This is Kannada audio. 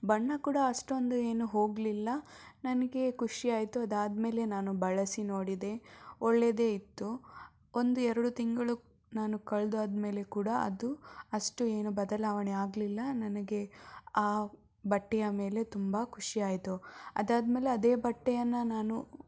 ಬಣ್ಣ ಕೂಡ ಅಷ್ಟೊಂದು ಏನು ಹೋಗಲಿಲ್ಲ ನನಗೆ ಖುಷಿ ಆಯಿತು ಅದಾದ ಮೇಲೆ ನಾನು ಬಳಸಿ ನೋಡಿದೆ ಒಳ್ಳೆಯದೇ ಇತ್ತು ಒಂದು ಎರಡು ತಿಂಗಳು ನಾನು ಕಳ್ದಾದ ಮೇಲೆ ಕೂಡ ಅದು ಅಷ್ಟು ಏನು ಬದಲಾವಣೆ ಆಗಲಿಲ್ಲ ನನಗೆ ಆ ಬಟ್ಟೆಯ ಮೇಲೆ ತುಂಬ ಖುಷಿ ಆಯಿತು ಅದಾದ ಮೇಲೆ ಅದೇ ಬಟ್ಟೆಯನ್ನು ನಾನು